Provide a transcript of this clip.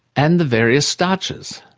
and the various starches.